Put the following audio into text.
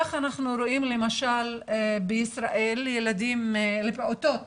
ככה אנחנו רואים למשל בישראל, לפעוטות